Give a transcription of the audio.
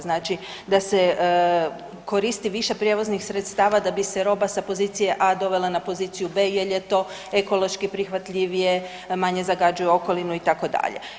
Znači da se koristi više prijevoznih sredstava da bi se roba sa pozicije A dovela na poziciju B jer je to ekološki prihvatljivije, manje zagađuje okolinu itd.